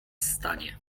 stanie